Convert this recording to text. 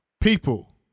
People